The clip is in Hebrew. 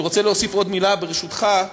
אני רוצה להוסיף עוד מילה, ברשותך.